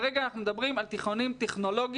כרגע אנחנו מדברים על תיכונים טכנולוגיים.